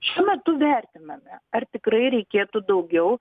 šiuo metu vertiname ar tikrai reikėtų daugiau